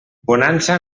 bonança